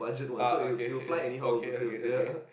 ah okay okay okay okay okay